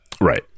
Right